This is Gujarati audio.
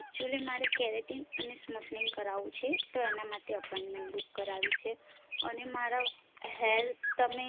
એક્ચ્યુલી મારે કેરેટીન અને સ્મૂથનિંગ કરાવવું છે તો એના માટે અપોઈન્ટમેન્ટ બુક કરાવી છે અને મારા હેર તમે